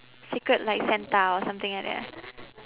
secret like santa or something like that ah